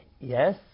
Yes